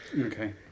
Okay